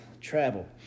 travel